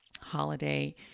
holiday